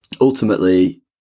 ultimately